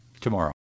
tomorrow